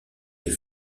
les